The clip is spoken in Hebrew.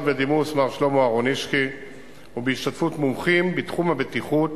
בדימוס מר שלמה אהרונישקי ובהשתתפות מומחים בתחום הבטיחות